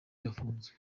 afunzwe